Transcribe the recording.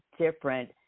different